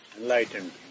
enlightened